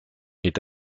est